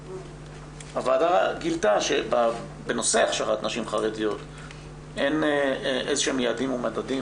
והוועדה גילתה שבנושא הכשרת נשים חרדיות אין איזה שהם יעדים או מדדים